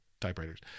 typewriters